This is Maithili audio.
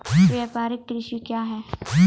व्यापारिक कृषि क्या हैं?